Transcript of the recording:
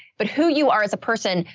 but who you are as a person,